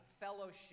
fellowship